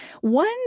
One